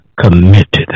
committed